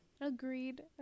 Agreed